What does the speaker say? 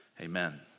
Amen